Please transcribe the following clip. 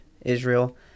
Israel